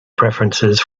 preferences